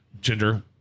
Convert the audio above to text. gender